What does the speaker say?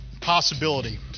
possibility